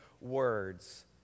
words